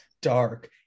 dark